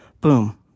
boom